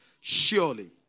Surely